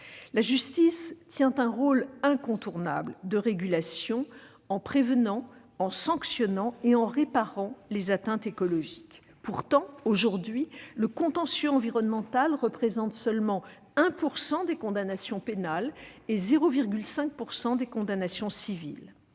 La justice tient un rôle incontournable de régulation en prévenant, en sanctionnant et en réparant les atteintes écologiques. Pourtant, aujourd'hui, le contentieux environnemental représente seulement 1 % des condamnations pénales et 0,5 % des condamnations civiles.